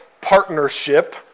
partnership